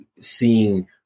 seeing